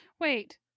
Wait